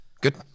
Good